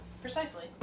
Precisely